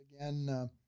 again